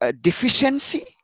deficiency